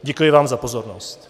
Děkuji vám za pozornost.